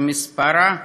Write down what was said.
שמספרה,